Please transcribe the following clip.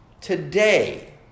today